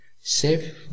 save